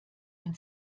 wenn